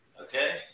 Okay